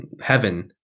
heaven